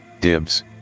Dibs